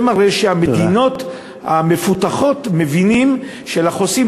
זה מראה שהמדינות המפותחות מבינות שלחוסים